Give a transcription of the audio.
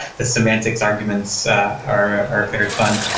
the semantics arguments are are very fun.